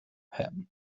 happen